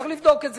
צריך לבדוק את זה,